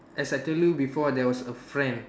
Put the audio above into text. as I tell you before there was a friend